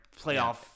playoff